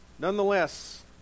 Nonetheless